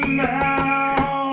now